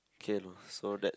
okay so that